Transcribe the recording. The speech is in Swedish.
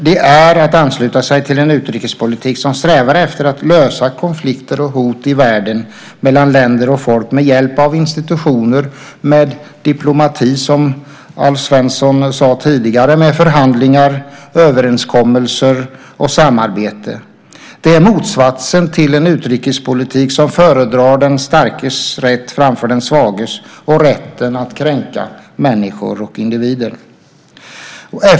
Det är att ansluta sig till en utrikespolitik som strävar efter att lösa konflikter och hot i världen mellan länder och folk med hjälp av institutioner, med diplomati, som Alf Svensson sade tidigare, med förhandlingar, överenskommelser och samarbete. Det är motsatsen till en utrikespolitik som föredrar den starkes rätt framför den svages och rätten att kränka människor och individer.